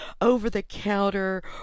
over-the-counter